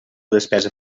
despesa